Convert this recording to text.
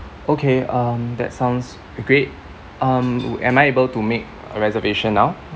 okay um that sounds great um am I able to make a reservation now